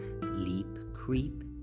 Leap-creep